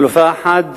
חלופה אחת,